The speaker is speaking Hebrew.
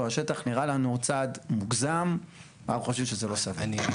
לשטח נראה לנו צעד מוגזם ואנחנו חושבים שזה לא סביר.